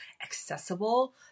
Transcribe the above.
accessible